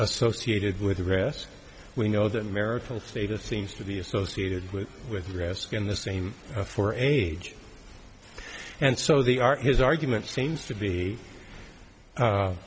associated with the rest we know that marital status seems to be associated with with risk in the same for age and so they are his argument seems to be